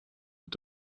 mit